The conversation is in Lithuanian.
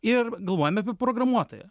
ir galvojam apie programuotoją